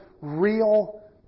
real